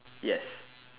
yes